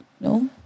No